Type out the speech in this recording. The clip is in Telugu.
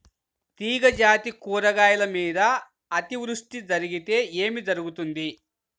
తీగజాతి కూరగాయల మీద అతివృష్టి జరిగితే ఏమి జరుగుతుంది?